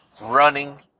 running